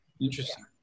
Interesting